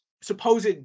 supposed